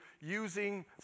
using